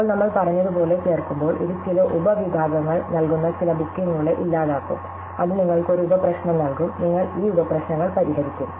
ഇപ്പോൾ നമ്മൾ പറഞ്ഞതുപോലെ ചേർക്കുമ്പോൾ ഇത് ചില ഉപവിഭാഗങ്ങൾ നൽകുന്ന ചില ബുക്കിംഗുകളെ ഇല്ലാതാക്കും അത് നിങ്ങൾക്ക് ഒരു ഉപപ്രശ്നം നൽകും നിങ്ങൾ ഈ ഉപപ്രശ്നങ്ങൾ പരിഹരിക്കും